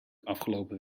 afgelopen